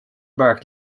mark